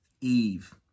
Eve